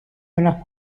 una